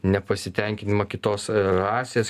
nepasitenkinimą kitos rasės